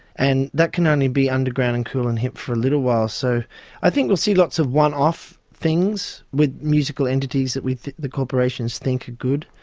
and that can only be underground and cool and hip for a little while. so i think we'll see lots of one-off things with musical entities that the corporations think are good,